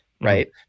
right